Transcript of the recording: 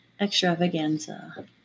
extravaganza